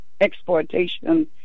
exploitation